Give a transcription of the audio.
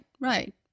right